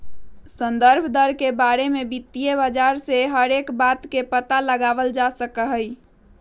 संदर्भ दर के बारे में वित्तीय बाजार से हर एक बात के पता लगावल जा सका हई